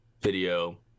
video